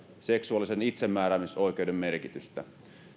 seksuaalisen itsemääräämisoikeuden merkitystä